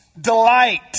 delight